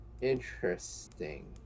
interesting